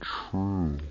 true